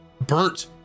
burnt